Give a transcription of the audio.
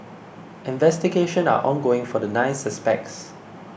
investigation are ongoing for the nine suspects